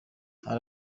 hari